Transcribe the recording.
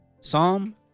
Psalm